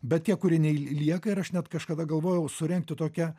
bet tie kurie nei lieka ir aš net kažkada galvojau surengti tokią